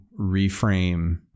reframe